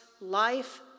life